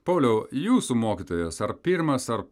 pauliau jūsų mokytojas ar pirmas ar